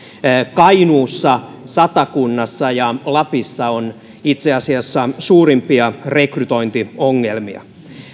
kainuussa satakunnassa ja lapissa on itse asiassa suurimpia rekrytointiongelmia